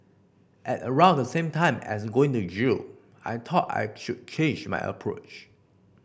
at around the same time as going to jail I thought I should change my approach